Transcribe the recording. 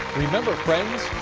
remember friends,